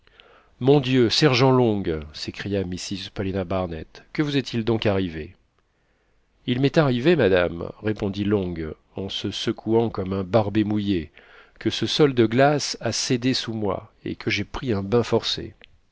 mon dieu sergent long s'écria mrs paulina barnett que vous est-il donc arrivé il m'est arrivé madame répondit long en se secouant comme un barbet mouillé que ce sol de glace a cédé sous moi et que j'ai pris un bain forcé